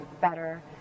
better